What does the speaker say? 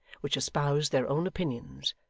which espoused their own opinions,